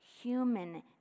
human